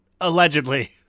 allegedly